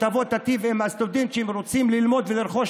היא תיטיב עם הסטודנטים שרוצים ללמוד ולרכוש